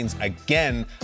again